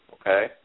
Okay